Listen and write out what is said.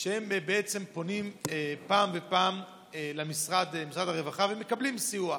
שפונות פעם ועוד פעם למשרד הרווחה ומקבלות סיוע.